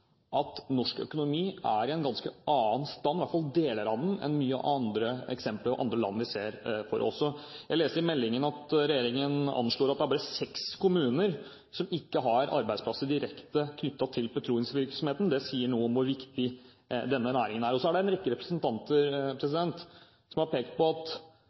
at norsk økonomi – i hvert fall deler av den – er i en ganske annen stand enn eksempler vi ser fra mange andre land. Jeg leste i meldingen at regjeringen anslår at det bare er seks kommuner som ikke har arbeidsplasser direkte knyttet til petroleumsvirksomheten. Det sier noe om hvor viktig denne næringen er. Det er en rekke representanter som har pekt på det bildet mange har, at